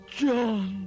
John